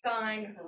signed